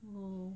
oh